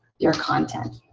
your content.